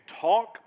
talk